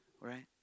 right